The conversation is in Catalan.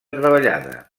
treballada